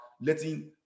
letting